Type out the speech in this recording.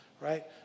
right